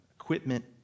equipment